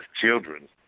children